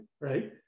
right